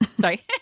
Sorry